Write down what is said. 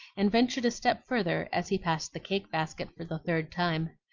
and ventured a step further as he passed the cake-basket for the third time.